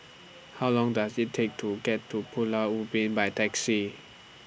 How Long Does IT Take to get to Pulau Ubin By Taxi